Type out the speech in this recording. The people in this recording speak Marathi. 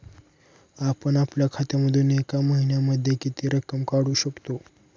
आपण आपल्या खात्यामधून एका महिन्यामधे किती रक्कम काढू शकतो?